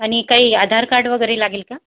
आणि काही आधार कार्ड वगैरे लागेल का